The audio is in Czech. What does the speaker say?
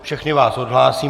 Všechny vás odhlásím.